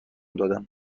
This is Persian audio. دادم